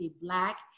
Black